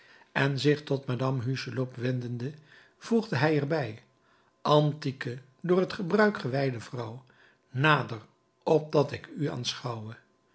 en zich tot madame hucheloup wendende voegde hij er bij antieke door het gebruik gewijde vrouw nader opdat ik u aanschouwe